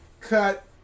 Cut